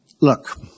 Look